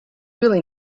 really